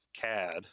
cad